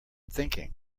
thinking